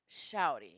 shouty